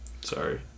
Sorry